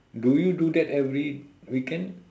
do you do that every weekend